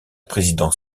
président